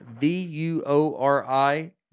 V-U-O-R-I